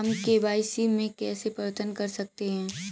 हम के.वाई.सी में कैसे परिवर्तन कर सकते हैं?